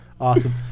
Awesome